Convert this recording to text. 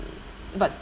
but